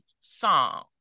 song